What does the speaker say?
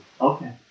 Okay